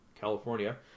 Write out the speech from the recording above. California